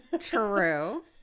True